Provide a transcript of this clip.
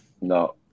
No